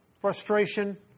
frustration